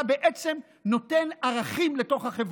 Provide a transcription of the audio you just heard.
אתה בעצם נותן ערכים לתוך החברה,